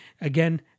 again